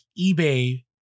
eBay